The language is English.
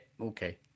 Okay